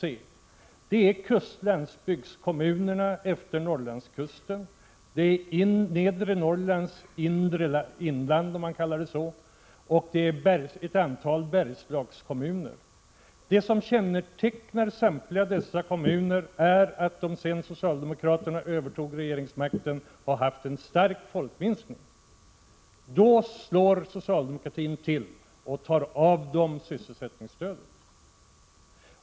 Detta består av landsbygdskommunerna utefter Norrlandskusten och i nedre Norrlands inre inland och av ett antal Bergslagskommuner. Det som kännetecknar samtliga dessa kommuner är att de sedan socialdemokraterna övertog regeringsmakten har haft en stark befolkningsminskning. I det läget slår socialdemokraterna till och tar ifrån dem sysselsättningsstödet.